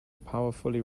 powerfully